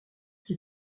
qui